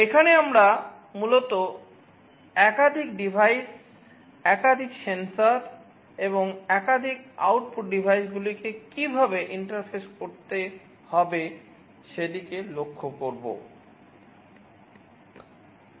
এখানে আমরা মূলতঃ একাধিক ডিভাইস একাধিক সেন্সর এবং একাধিক আউটপুট ডিভাইসগুলি কীভাবে ইন্টারফেস করতে হবে সেদিকে লক্ষ্য করব